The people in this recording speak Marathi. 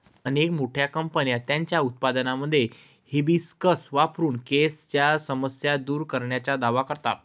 अनेक मोठ्या कंपन्या त्यांच्या उत्पादनांमध्ये हिबिस्कस वापरून केसांच्या समस्या दूर करण्याचा दावा करतात